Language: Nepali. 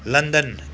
लन्डन